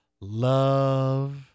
love